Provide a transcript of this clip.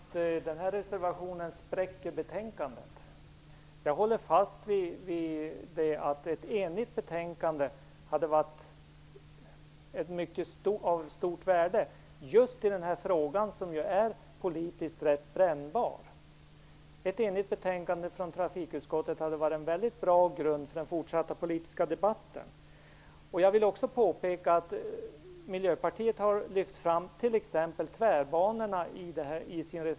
Fru talman! Visst spräcker reservationen betänkandet. Jag håller fast vid att ett enigt betänkande hade varit av mycket stort värde just i denna fråga, som är politiskt rätt brännbar. Ett enigt betänkande från trafikutskottet hade varit en väldigt bra grund för den fortsatta politiska debatten. Jag vill också påpeka att Miljöpartiet i sin reservation har lyft fram t.ex. tvärbanorna.